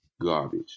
garbage